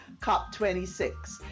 COP26